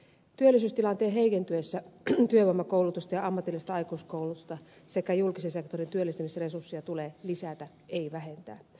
työllisyystilanteen heikentyessä työvoimakoulutusta ja ammatillista aikuiskoulutusta sekä julkisen sektorin työllistämisresursseja tulee lisätä ei vähentää